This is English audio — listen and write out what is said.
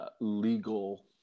legal